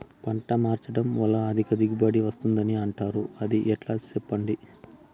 పంట మార్చడం వల్ల అధిక దిగుబడి వస్తుందని అంటారు అది ఎట్లా సెప్పండి